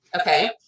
okay